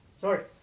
Sorry